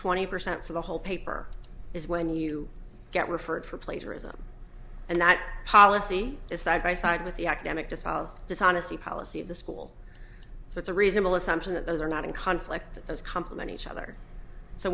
twenty percent for the whole paper is when you get referred for plagiarism and that policy is side by side with the academic to solve dishonesty policy of the school so it's a reasonable assumption that those are not in conflict that those complement each other so